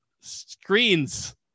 screens